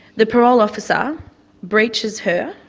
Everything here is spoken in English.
the parole officer breaches her,